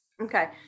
Okay